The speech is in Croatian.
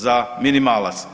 Za minimalac.